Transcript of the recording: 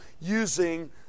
using